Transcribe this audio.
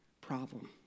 problem